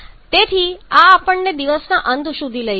તેથી આ આપણને દિવસના અંત સુધી લઈ જાય છે